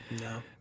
No